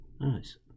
Nice